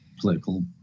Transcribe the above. political